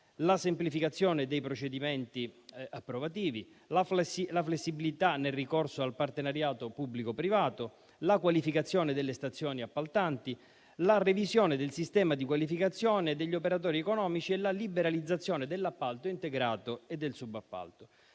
la semplificazione dei procedimenti approvativi, la flessibilità nel ricorso al partenariato pubblico-privato, la qualificazione delle stazioni appaltanti, la revisione del sistema di qualificazione degli operatori economici e la liberalizzazione dell'appalto integrato e del subappalto.